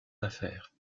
affaires